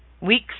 weeks